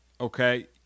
okay